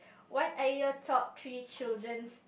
what are your top three children's